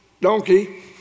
donkey